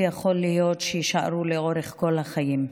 ויכול להיות שיישארו לאורך כל החיים.